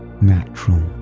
natural